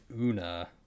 Una